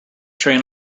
train